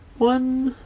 one,